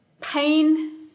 pain